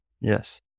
yes